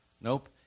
nope